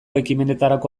ekimenetarako